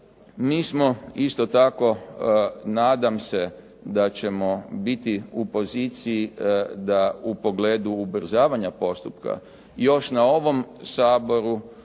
Mi smo isto tako nadam se da ćemo biti u poziciji da u pogledu ubrzavanja postupka, još na ovom Saboru